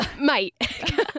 Mate